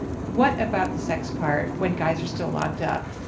what about the sex part when guys are still locked up?